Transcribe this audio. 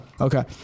okay